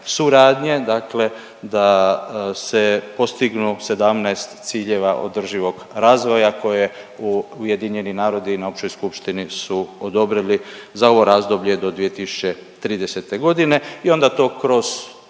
suradnje dakle da se postignu 17 ciljeva održivog razvoja koje UN na Općoj skupštini su odobrili za ovo razdoblje do 2030. godine i onda to kroz